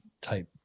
type